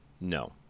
no